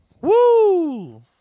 Woo